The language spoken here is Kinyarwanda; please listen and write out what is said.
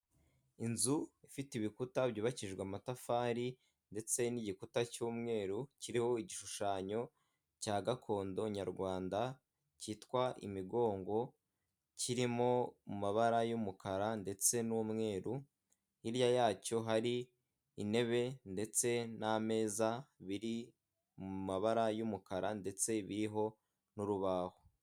Inzu ifite ibikuta byubakijwe amatafari ndetse n'igikuta cy'umweru kiriho igishushanyo cya gakondo nyarwanda cyitwa imigongo kirimo mabara y'umukara ndetse n'umweru, hirya yacyo hari intebe ndetse n'ameza biri mu mabara y'umukara ndetse biriho n'urubaho.